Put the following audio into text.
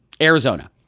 Arizona